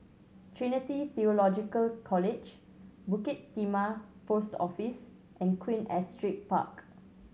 Trinity Theological College Bukit Timah Post Office and Queen Astrid Park